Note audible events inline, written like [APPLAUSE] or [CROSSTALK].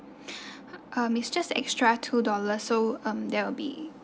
[BREATH] um it's just extra two dollar so um there will be